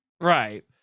Right